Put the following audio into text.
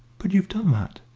but you've done that!